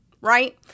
right